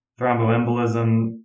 Thromboembolism